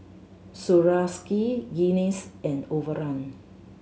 Swarovski Guinness and Overrun